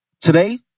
today